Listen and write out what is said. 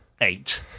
eight